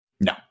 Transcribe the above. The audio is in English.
No